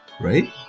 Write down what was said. right